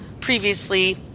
previously